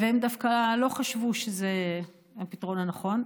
והם דווקא לא חשבו שזה הפתרון הנכון,